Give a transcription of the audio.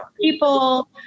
people